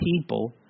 people